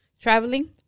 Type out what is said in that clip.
Traveling